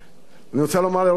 אני רוצה לומר לראש הממשלה,